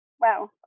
Wow